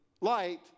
light